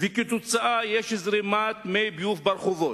וכתוצאה מכך יש זרימת מי ביוב ברחובות.